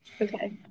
Okay